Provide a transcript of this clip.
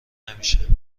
نمیشه